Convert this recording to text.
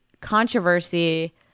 controversy